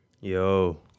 yo